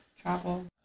travel